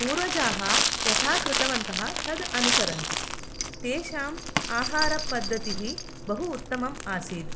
पूर्वजाः यथा कृतवन्तः तद् अनुसरन्ति तेषाम् आहारपद्धतिः बहु उत्तमम् आसीत्